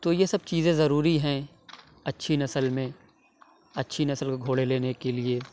تو یہ سب چیزیں ضروری ہیں اچھی نسل میں اچھی نسل کے گھوڑے لینے کے لیے